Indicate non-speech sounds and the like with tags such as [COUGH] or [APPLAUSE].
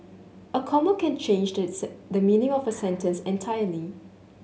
a comma can change the [UNINTELLIGIBLE] the meaning of a sentence entirely